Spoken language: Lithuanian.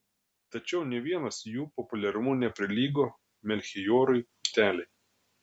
tačiau nė vienas jų populiarumu neprilygo melchijorui putelei